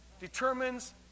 determines